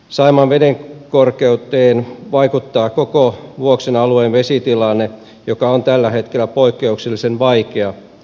saimaan vedenkorkeuteen vaikuttaa koko vuoksen alueen vesitilanne joka on tällä hetkellä poikkeuksellisen vaikea